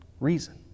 reason